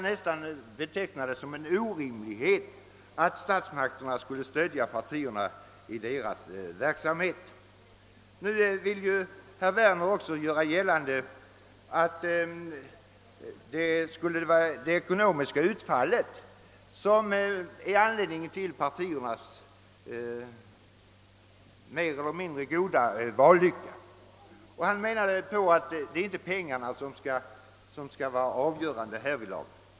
Han betecknade det då som en orimlighet att statsmakterna skulle stödja partiernas verksamhet. Nu vill herr Werner också göra gällande att skillnaderna i de ekonomiska resurserna skulle vara anledningen till partiernas mer eller mindre goda valvind, och han menade att pengarna inte borde vara avgörande härvidlag.